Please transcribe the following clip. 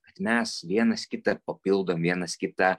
kad mes vienas kitą papildom vienas kitą